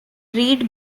reed